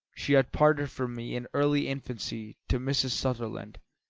she had parted from me in early infancy to mrs. sutherland,